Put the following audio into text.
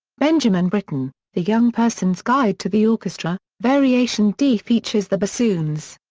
benjamin britten the young person's guide to the orchestra, variation d features the bassoons.